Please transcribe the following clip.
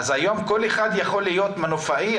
אז היום כל אחד יכול להיות מנופאי?